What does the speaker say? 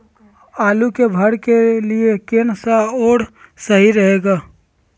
आलू के भरे के लिए केन सा और सही रहेगा?